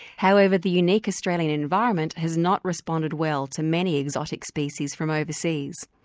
however, the unique australian environment has not responded well to many exotic species from overseas.